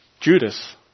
Judas